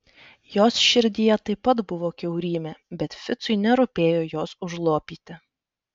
jos širdyje taip pat buvo kiaurymė bet ficui nerūpėjo jos užlopyti